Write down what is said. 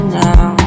now